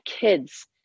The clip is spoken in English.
kids